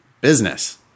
business